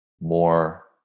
more